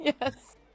Yes